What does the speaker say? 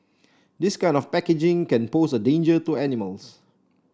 this kind of packaging can pose a danger to animals